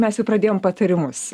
mes jau pradėjom patarimus